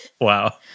Wow